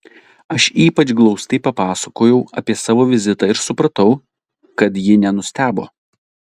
aš ypač glaustai papasakojau apie savo vizitą ir supratau kad ji nenustebo